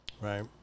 right